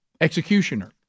Executioner